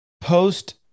post